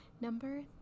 Number